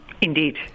indeed